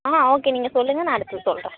ஆ okay நீங்கள் சொல்லுங்கள் நான் அடுத்து சொல்கிறேன்